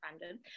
random